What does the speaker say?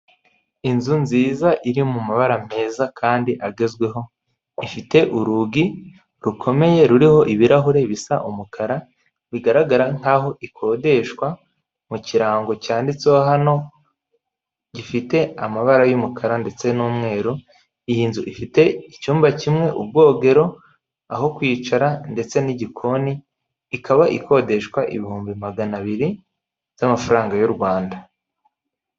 Aha ngaha hari ibiti byiza cyane ndetse n'indabo nziza cyane zikikije umuhanda, hakaba hari n'igiti kirekire gishyirwaho insinga z'amashanyarazi kugira ngo amashanyarazi agere ahantu hatandukanye kandi hifashishijwe igiti kimwe. Ibi ngibi bifasha kugira ngo buri wese abone umuriro w'amashanyarazi bityo ubuzima bukomeze kugenda neza kandi n'ubucuruzi bwabo bugende neza.